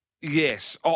yes